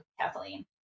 Kathleen